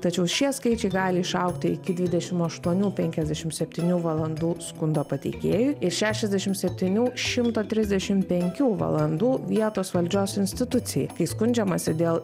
tačiau šie skaičiai gali išaugti iki dvidešim aštuonių penkiasdešim septynių valandų skundo pateikėjui ir šešiasdešim septynių šimto trisdešim penkių valandų vietos valdžios institucijai kai skundžiamasi dėl